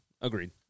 Agreed